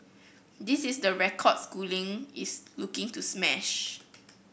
this is the record schooling is looking to smash